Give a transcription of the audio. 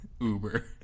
Uber